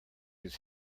his